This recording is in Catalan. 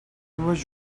dues